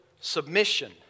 submission